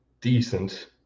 decent